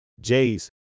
Jays